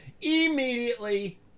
immediately